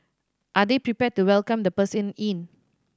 are they prepared to welcome the person in